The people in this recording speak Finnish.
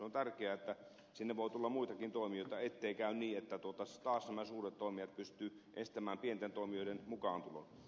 on tärkeää että sinne voi tulla muitakin toimijoita ettei käy niin että taas nämä suuret toimijat pystyvät estämään pienten toimijoiden mukaantulon